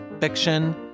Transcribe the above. fiction